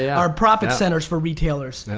our profit centers for retailers.